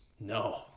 No